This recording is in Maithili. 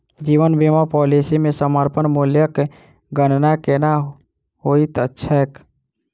जीवन बीमा पॉलिसी मे समर्पण मूल्यक गणना केना होइत छैक?